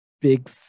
big